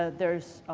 ah there's